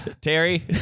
Terry